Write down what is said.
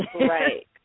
Right